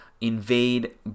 invade